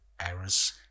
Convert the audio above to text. errors